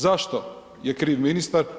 Zašto je kriv ministar?